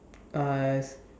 uh